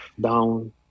down